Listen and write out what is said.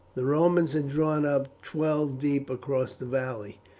the romans had drawn up twelve deep across the valley,